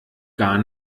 gar